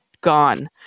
gone